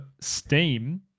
Steam